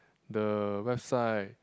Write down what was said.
the website